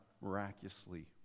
miraculously